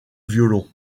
violon